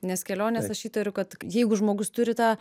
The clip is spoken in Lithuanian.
nes kelionės aš įtariu kad jeigu žmogus turi tą